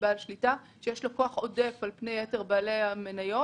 בעל שליטה שיש לו כוח עודף על פני יתר בעלי המניות.